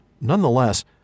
Nonetheless